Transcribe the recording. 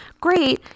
great